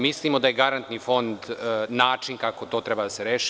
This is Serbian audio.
Mislimo da je garantni fond način kako to treba da se reši.